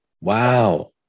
Wow